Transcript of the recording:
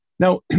Now